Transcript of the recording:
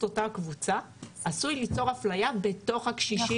אותה קבוצה עשוי ליצור אפליה בתוך הקשישים.